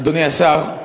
אדוני השר,